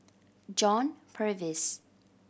John Purvis